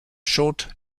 short